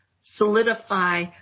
solidify